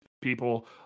people